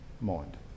mind